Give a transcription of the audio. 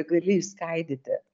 gali išskaidyti